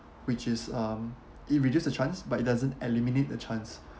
which is um it reduce the chance but it doesn't eliminate the chance